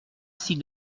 six